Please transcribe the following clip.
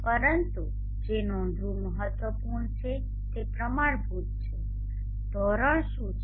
પરંતુ જે નોંધવું મહત્વપૂર્ણ છે તે પ્રમાણભૂત છે ધોરણ શું છે